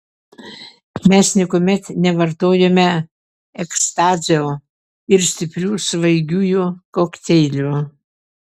mes niekuomet nevartojome ekstazio ir stiprių svaigiųjų kokteilių